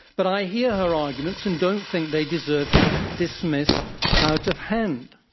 but i hear her arguments, and don't think they deserve to be dismissed out of hand.